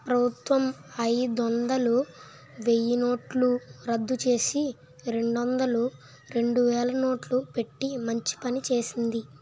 ప్రభుత్వం అయిదొందలు, వెయ్యినోట్లు రద్దుచేసి, రెండొందలు, రెండువేలు నోట్లు పెట్టి మంచి పని చేసింది